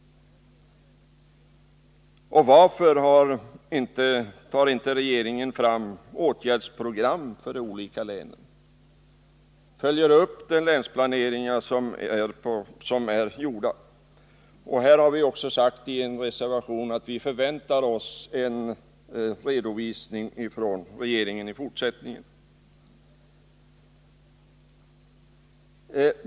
Varför följer regeringen inte upp länsplaneringarna med åtgärdsprogram? I en reservation har vi sagt att vi i fortsättningen väntar oss en redovisning från regeringen.